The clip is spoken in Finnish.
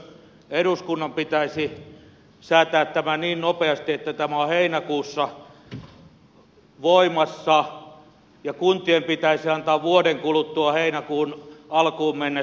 eduskunnan pitäisi säätää tämä niin nopeasti että tämä on heinäkuussa voimassa ja kuntien pitäisi antaa vuoden kuluttua heinäkuun alkuun mennessä selvityksensä